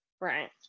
Right